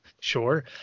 sure